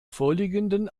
vorliegenden